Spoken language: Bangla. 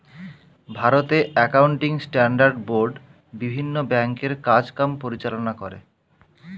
ভারতে অ্যাকাউন্টিং স্ট্যান্ডার্ড বোর্ড বিভিন্ন ব্যাংকের কাজ কাম পরিচালনা করে